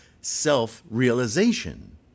self-realization